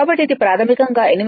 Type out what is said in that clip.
కాబట్టి ఇది ప్రాథమికంగా 88